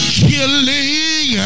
killing